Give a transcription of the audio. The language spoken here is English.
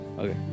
Okay